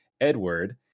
Edward